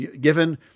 Given